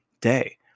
day